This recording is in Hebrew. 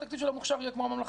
יהיה כמו הממלכתי.